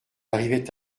arrivait